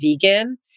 vegan